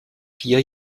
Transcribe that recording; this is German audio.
vier